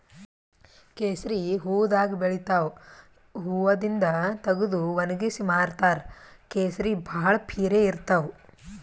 ಕೇಸರಿ ಹೂವಾದಾಗ್ ಬೆಳಿತಾವ್ ಹೂವಾದಿಂದ್ ತಗದು ವಣಗ್ಸಿ ಮಾರ್ತಾರ್ ಕೇಸರಿ ಭಾಳ್ ಪಿರೆ ಇರ್ತವ್